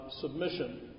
submission